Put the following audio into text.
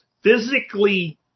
physically